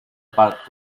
parked